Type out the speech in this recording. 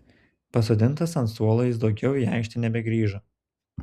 pasodintas ant suolo jis daugiau į aikštę nebegrįžo